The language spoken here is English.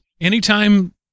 anytime